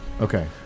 Okay